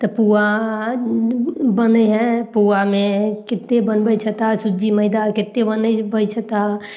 तऽ पुआ बनय हइ पुआमे कते बनबय छै तऽ सुज्जी मैदा केते बनबय छै तऽ